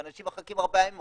אנשים מחכים ארבעה ימים,